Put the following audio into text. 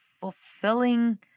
fulfilling